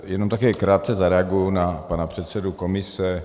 Jenom také krátce zareaguji na pana předsedu komise.